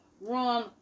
run